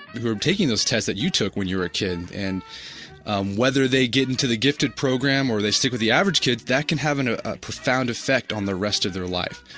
who are taking those tests that you took when you were a kid and whether they get into the gifted program or stick with the average kids that can have and ah a profound effect on the rest of their life.